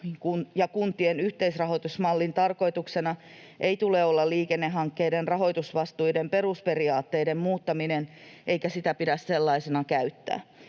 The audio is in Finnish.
ja kuntien yhteisrahoitusmallin tarkoituksena ei tule olla liikennehankkeiden rahoitusvastuiden perusperiaatteiden muuttaminen eikä sitä pidä sellaisena käyttää.